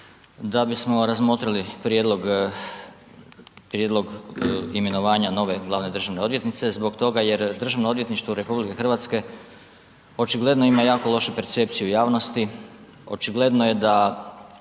da bismo razmotrili prijedlog imenovanja nove glavne državne odvjetnice zbog toga jer DORH očigledno ima jako lošu percepciju javnosti, očigledno je da